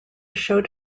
showed